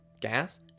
gas